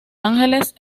ángeles